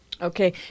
Okay